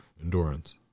endurance